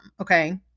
okay